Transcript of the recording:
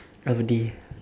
audi